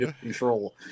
control